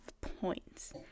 points